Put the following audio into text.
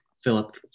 Philip